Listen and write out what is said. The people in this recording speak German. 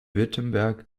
württemberg